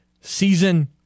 season